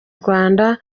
rwanda